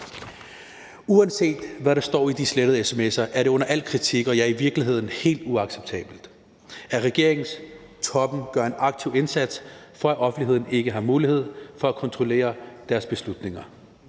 Uanset hvad der står i de slettede sms'er, er det under al kritik, og i virkeligheden er det helt uacceptabelt, at regeringstoppen gør en aktiv indsats for, at offentligheden ikke har mulighed for at kontrollere deres beslutninger.